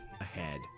ahead